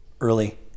early